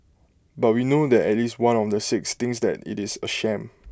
but we know that at least one of the six thinks that IT is A sham